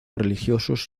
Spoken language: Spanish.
religiosos